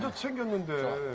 ah chicken and